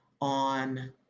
on